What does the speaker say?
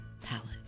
Palette